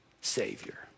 Savior